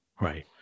Right